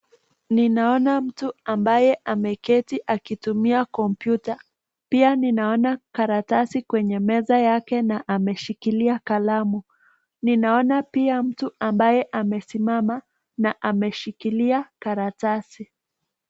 Ninaona mtu ambaye ameketi akitumia kompyuta pia ninaona karatasi kwenye meza yake na ameshikilia na ameshikilia kalamu ninaona pia mtu ambayo amesimama na ameshikilia karatasi.